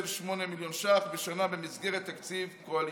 8 מיליון שקלים בשנה במסגרת תקציב קואליציוני.